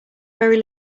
very